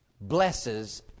blesses